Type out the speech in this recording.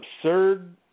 absurd